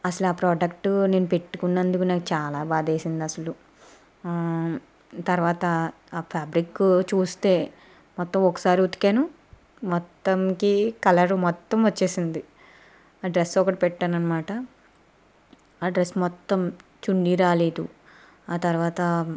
అసలు ఆ ప్రోడక్ట్ నేను పెట్టుకున్నందుకు నాకు చాలా బాధేసింది అసలు తర్వాత ఆ ఫ్యాబ్రిక్ చూస్తే మొత్తం ఒకసారి ఉతికాను మొత్తంకి కలర్ మొత్తం వచ్చేసింది డ్రెస్ ఒకటి పెట్టాను అనమాట ఆ డ్రెస్ మొత్తం చున్నీ రాలేదు ఆ తర్వాత